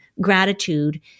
gratitude